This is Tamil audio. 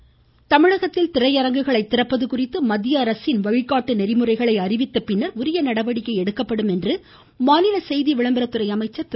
கடம்பூர் ராஜு தமிழகத்தில் திரையரங்குகளை திறப்பது குறித்து மத்தியஅரசு வழிகாட்டு நெறிமுறைகளை அறிவித்த பின்னர் உரிய நடவடிக்கை எடுக்கப்படும் என்று மாநில செய்தி விளம்பரத்துறை அமைச்சர் திரு